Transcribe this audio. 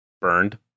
burned